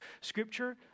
Scripture